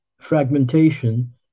fragmentation